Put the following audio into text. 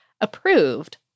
approved